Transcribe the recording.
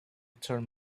turn